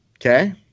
Okay